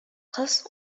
кыз